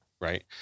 Right